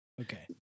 Okay